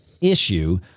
issue